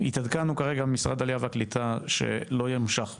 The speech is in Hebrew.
קיבלנו את ברכת הדרך ועשינו את